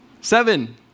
seven